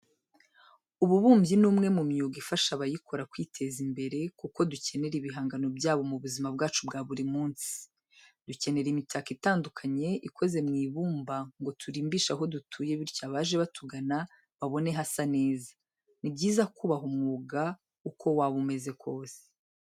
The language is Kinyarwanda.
Ububumbyi ni umwe mu myuga ifasha abayikora kwiteza imbere kuko dukenera ibihangano byabo mu buzima bwacu bwa buri munsi. Dukenera imitako itandukanye ikoze mu ibumba ngo turimbishe aho dutuye bityo abaje batugana babone hasa neza. Ni byiza kubaha umwuga uko waba umeze kose.